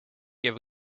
give